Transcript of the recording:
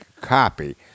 copy